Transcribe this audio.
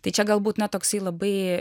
tai čia galbūt na toksai labai